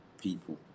people